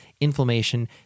inflammation